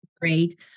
great